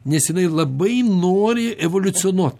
nes jinai labai nori evoliucionuot